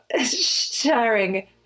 sharing